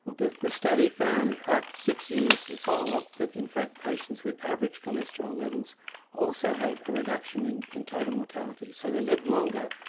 the the study found after six years of follow-up that in fact patients with average cholesterol levels also had a reduction in in total mortality. so they lived longer.